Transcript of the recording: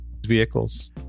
vehicles